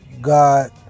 God